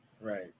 right